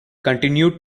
continue